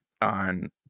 on